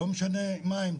לא משנה מה הם,